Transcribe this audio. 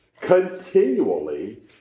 continually